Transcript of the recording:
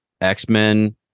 X-Men